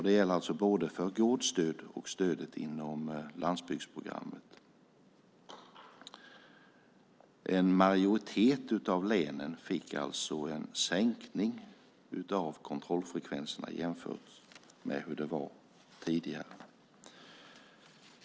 Det gäller alltså både för gårdsstöd och stödet inom landsbygdsprogrammet. En majoritet av länen fick en sänkning av kontrollfrekvenserna jämfört med hur det var tidigare.